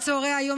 בצוהרי היום,